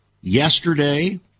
yesterday